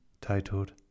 titled